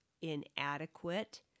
inadequate